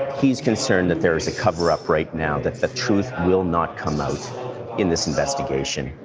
he's concerned that there's a cover up right now. that the truth will not come out in this investigation.